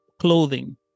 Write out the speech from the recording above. clothing